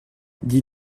dis